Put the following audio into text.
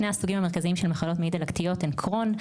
שני סוגים המרכזיים של מחלות מעי דלקתיות הן קרוהן,